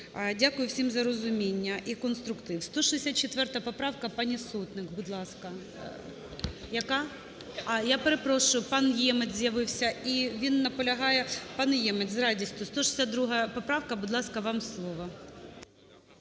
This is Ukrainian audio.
Дякую всім за розуміння і конструктив. 164 поправка, пані Сотник, будь ласка. Яка? А, я перепрошую, пан Ємець з'явився. І він наполягає. Пане Ємець, з радістю. 162 поправка. Будь ласка, вам слово.